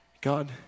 God